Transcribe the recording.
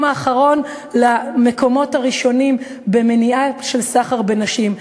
האחרון למקומות הראשונים במניעת סחר בנשים.